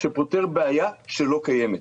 שפותר בעיה שלא קיימת.